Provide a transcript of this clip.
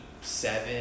seven